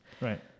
Right